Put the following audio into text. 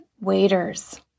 waiters